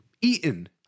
eaten